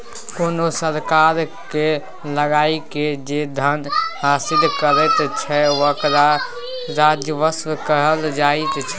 कोनो सरकार कर लगाकए जे धन हासिल करैत छै ओकरा राजस्व कर कहल जाइत छै